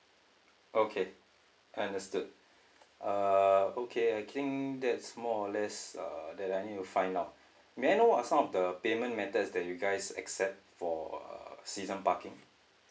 okay understood uh okay I think that's more or less uh that I need to find out may I know what some of the payment methods that you guys accept for uh season parking